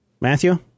Matthew